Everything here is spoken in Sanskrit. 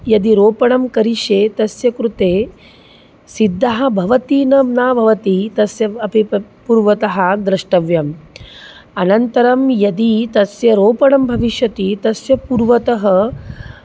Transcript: यदि रोपणं करिष्ये तस्य कृते सिद्धः भवति न भवति तस्य अपि पूर्वतः द्रष्टव्यम् अनन्तरं यदि तस्य रोपणं भविष्यति तस्य पूर्वतः